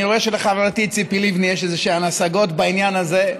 אני רואה שלחברתי ציפי לבני יש איזשהן השגות בעניין הזה.